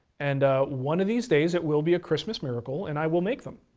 and one of these days it will be a christmas miracle and i will make them.